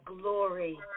glory